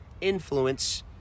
influence